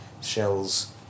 shells